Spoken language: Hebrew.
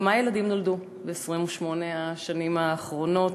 כמה ילדים נולדו ב-28 השנים האחרונות?